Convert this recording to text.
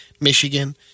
Michigan